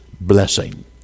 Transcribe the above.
blessing